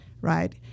right